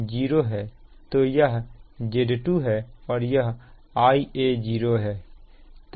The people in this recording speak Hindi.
तो यह Z2 है और यह Ia0 है